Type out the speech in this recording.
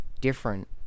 different